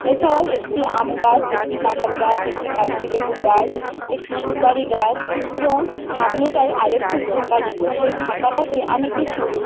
এছাড়াও একটি আম গাছ একটি কাঁঠাল গাছ একটি কাগজি লেবুর গাছ একটি সুপারি গাছ এবং সামনেটায় আরেকটু ফাঁকা ছিল সে ফাঁকাটাতে আমি কিছু